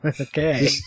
okay